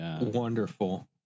wonderful